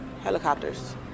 helicopters